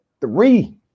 three